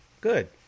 Good